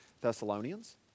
Thessalonians